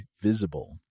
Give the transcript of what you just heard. Visible